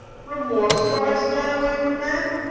remorse drives man away from man?